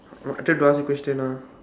my turn to ask a question ah